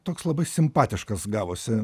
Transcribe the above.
toks labai simpatiškas gavosi